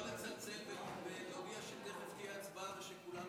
אפשר לצלצל ולהודיע שתכף תהיה הצבעה ושכולם